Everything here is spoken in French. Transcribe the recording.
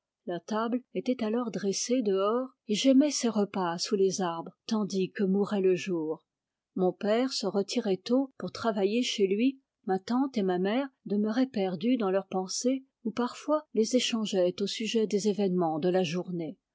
la table était alors dressée dehors et j'aimais ces repas sous les arbres tandis que mourait le jour mon père se retirait tôt pour travailler chez lui ma tante et ma mère demeuraient perdues dans leurs pensées ou parfois les échangeaient au sujet des événements de la journée